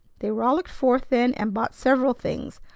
they rollicked forth then, and bought several things,